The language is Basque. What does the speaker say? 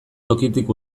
tokitik